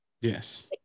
Yes